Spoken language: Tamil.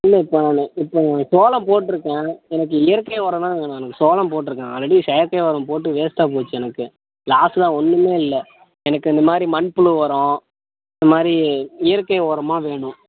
இல்லை இப்போ நான் இப்போ நான் சோளம் போட்டிருக்கேன் எனக்கு இயற்கை உரந்தான் வேணும் எனக்கு சோளம் போட்டிருக்கேன் ஆல்ரெடி செயற்கை உரம் போட்டு வேஸ்ட்டாக போச்சு எனக்கு லாஸ் தான் ஒன்றுமே இல்லை எனக்கு இந்தமாதிரி மண்புழு உரம் இந்தமாதிரி இயற்கை உரமா வேணும்